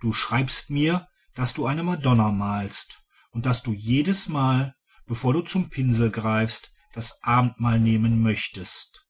du schreibst mir daß du eine madonna malst und daß du jedesmal bevor du zum pinsel greifst das abendmahl nehmen möchtest